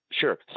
Sure